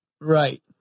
right